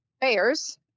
bears